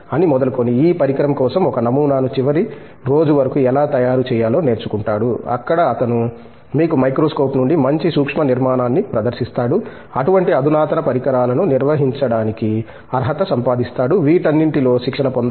అని మొదలుకొని ఆ పరికరం కోసం ఒక నమూనాను చివరి రోజు వరకు ఎలా తయారు చేయాలో నేర్చుకుంటాడు అక్కడ అతను మీకు మైక్రోస్కోప్ నుండి మంచి సూక్ష్మ నిర్మాణాన్ని ప్రదర్శిస్తాడు అటువంటి అధునాతన పరికరాలను నిర్వహించడానికి అర్హత సంపాదిస్తాడు వీటన్నింటిలో శిక్షణ పొందాలి